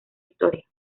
historia